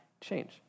change